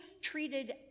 treated